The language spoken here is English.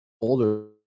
older